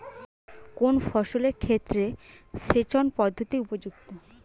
কোন ফসলের ক্ষেত্রে সেচন পদ্ধতি উপযুক্ত?